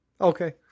Okay